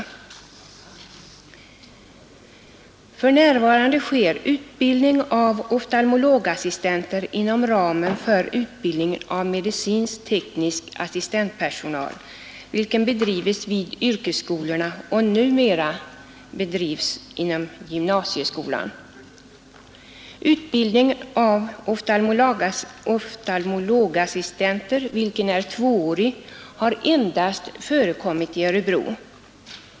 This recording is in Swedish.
För närvarande sker utbildningen av oftalmologassistenter inom ramen för utbildningen av medicinskteknisk assistentpersonal, vilken bedrivits vid yrkesskolorna och numera bedrivs inom gymnasieskolan. Utbildningen av oftalmologassistenter, vilken är tvåårig, har endast förekommit i Örebro.